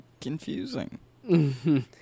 confusing